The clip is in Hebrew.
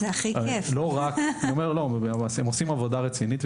הם עושים עבודה רצינית,